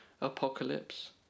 Apocalypse